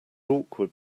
awkward